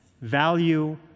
value